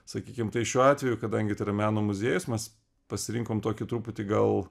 sakykim tai šiuo atveju kadangi tai yra meno muziejus mes pasirinkom tokį truputį gal